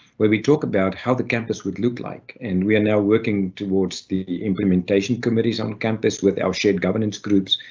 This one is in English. where we talk about how the campus would look like and we are now working towards the implementation committees on campus with our shared governance groups.